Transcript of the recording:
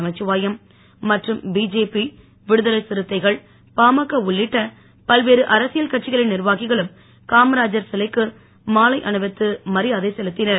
நமசிவாயம் மற்றும் பிஜேபி விடுதலை சிறுத்தைகள் பாமக உள்ளிட்ட பல்வேறு அரசியல் கட்சிகளின் நிர்வாகிகளும் காமராஜர் சிலைக்கு மாலை அணிவித்து மரியாதை செலுத்தினர்